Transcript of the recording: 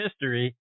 history